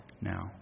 now